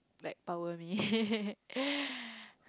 like power me